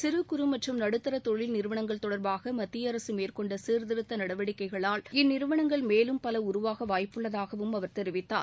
சிறு குறு மற்றும் நடுத்தர தொழில் நிறுவனங்கள் தொடர்பாக மத்திய அரசு மேற்கொண்ட சீர்திருத்த நடவடிக்கைகளால்இந்நிறுவனங்கள் மேலும் பல உருவாக வாய்ப்புள்ளதாகவும் அவர் தெரிவித்தார்